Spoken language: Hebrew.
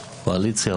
קואליציה,